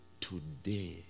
today